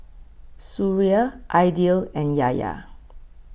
Suria Aidil and Yahya